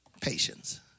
patience